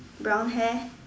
brown hair